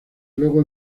luego